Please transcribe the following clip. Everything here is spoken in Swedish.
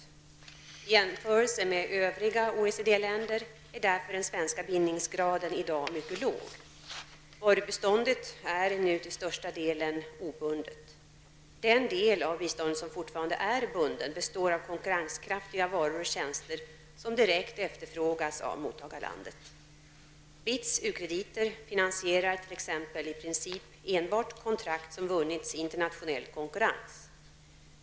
I jämförelse med övriga OECD-länder är därför den svenska bindningsgraden i dag mycket låg. Varubiståndet är nu till största delen obundet. Den del av biståndet som fortfarande är bunden består av konkurrenskraftiga varor och tjänster som direkt efterfrågas av mottagarlandet. BITS u-krediter finansierar t.ex. i princip enbart kontrakt som vunnits i internationell konkurrens.